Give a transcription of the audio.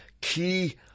key